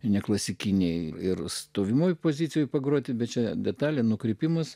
neklasikiniai ir stovimoje pozicijoje pagroti bet čia detalė nukrypimas